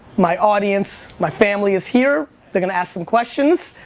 my audience, my family is here. they're gonna ask some questions.